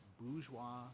bourgeois